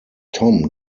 tom